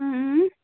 اۭں اۭں